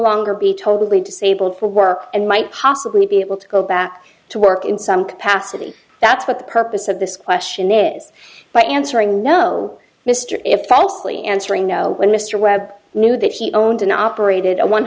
longer be totally disabled for work and might possibly be able to go back to work in some capacity that's what the purpose of this question is by answering no mr effectively answering no when mr webb knew that he owned and operated a one